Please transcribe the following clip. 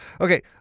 Okay